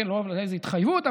לא הייתה התחייבות,